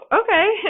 okay